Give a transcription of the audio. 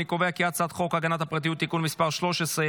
אני קובע כי הצעת חוק הגנת הפרטיות (תיקון מס' 13),